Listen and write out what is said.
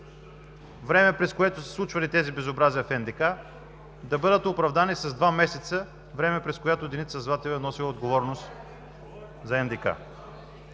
време, през което са се случвали тези безобразия в НДК, да бъдат оправдани с два месеца, време, през което Деница Златева е носела отговорност за НДК.